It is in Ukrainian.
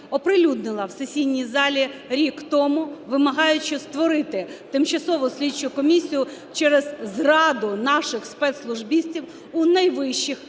оприлюднила в сесійній залі рік тому, вимагаючи створити тимчасову слідчу комісію через зраду наших спецслужбістів у найвищих